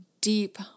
deep